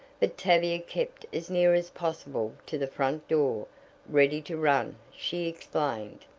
but tavia kept as near as possible to the front door ready to run, she explained.